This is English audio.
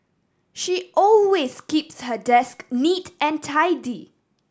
she always keeps her desk neat and tidy